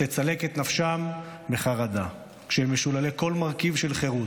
תצלק את נפשם מחרדה כשהם משוללי כל מרכיב של חירות.